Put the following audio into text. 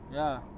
ya